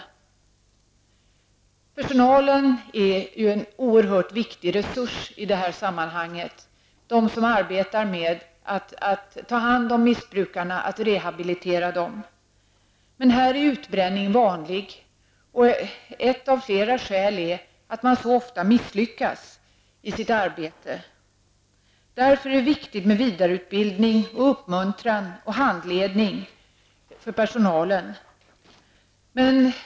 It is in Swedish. Den personal som arbetar med att ta hand om missbrukarna och rehabilitera dem är en oerhört viktig resurs i detta sammanhang. Utbränning är vanlig och ett av flera skäl till det är att man så ofta misslyckas i sitt arbete. Därför är det viktigt med vidareutbildning, uppmuntran och handledning för personalen.